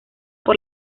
por